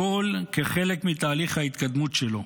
הכול חלק מתהליך ההתקדמות שלו.